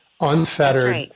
unfettered